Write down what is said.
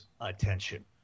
attention